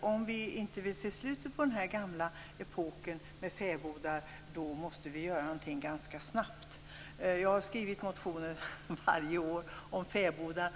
Om vi inte vill se slutet på den gamla epoken med fäbodar måste vi göra någonting ganska snabbt. Jag har skrivit motioner varje år om fäbodar.